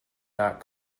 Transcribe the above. not